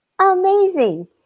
amazing